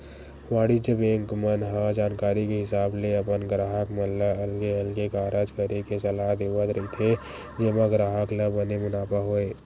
वाणिज्य बेंक मन ह जानकारी के हिसाब ले अपन गराहक मन ल अलगे अलगे कारज करे के सलाह देवत रहिथे जेमा ग्राहक ल बने मुनाफा होय